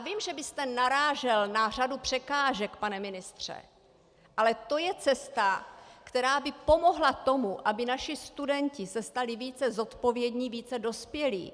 Vím, že byste narážel na řadu překážek, pane ministře, ale to je cesta, která by pomohla k tomu, aby naši studenti se stali více zodpovědní, více dospělí.